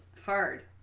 Hard